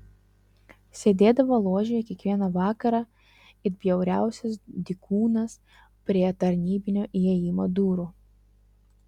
sėdėdavo ložėje kiekvieną vakarą it bjauriausias dykūnas prie tarnybinio įėjimo durų